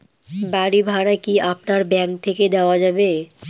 বাড়ী ভাড়া কি আপনার ব্যাঙ্ক থেকে দেওয়া যাবে?